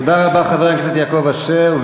תודה רבה, חבר הכנסת יעקב אשר.